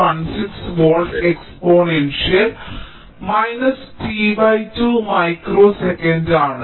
16 volt exponential minus t 2 microsecond ആണ്